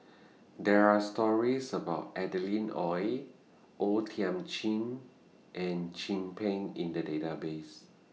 There Are stories about Adeline Ooi O Thiam Chin and Chin Peng in The Database